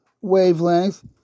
wavelength